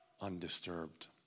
undisturbed